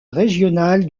régional